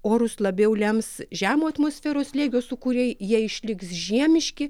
orus labiau lems žemo atmosferos slėgio sūkuriai jie išliks žiemiški